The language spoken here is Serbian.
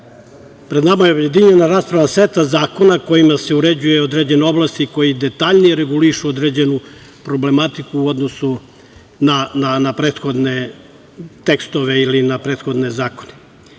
pred nama je objedinjena rasprava seta zakona kojima se uređuju određene oblasti koje detaljnije regulišu određenu problematiku u odnosu na prethodne tekstove ili na prethodne zakone. Iz